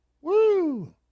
Woo